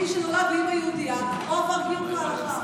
מי שנולד לאימא יהודייה או עבר גיור כהלכה.